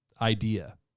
idea